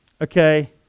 okay